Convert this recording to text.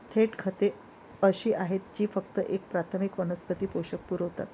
थेट खते अशी आहेत जी फक्त एक प्राथमिक वनस्पती पोषक पुरवतात